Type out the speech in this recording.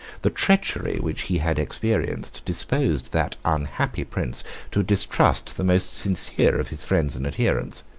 the treachery which he had experienced disposed that unhappy prince to distrust the most sincere of his friends and adherents.